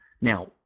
Now